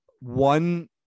one